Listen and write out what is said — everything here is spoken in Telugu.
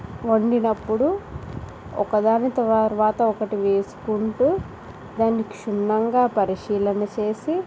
వండినప్పుడు ఒకదాని తరువాత ఒకటి వేసుకుంటూ దాన్ని క్షుణ్ణంగా పరిశీలన చేసి